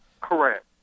Correct